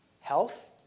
Health